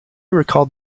recalled